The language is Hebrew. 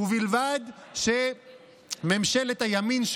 ובלבד שממשלת הימין,